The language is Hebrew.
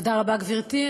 תודה רבה, גברתי.